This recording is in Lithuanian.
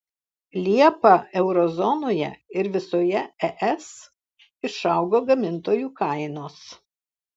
liepą euro zonoje ir visoje es išaugo gamintojų kainos